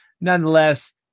nonetheless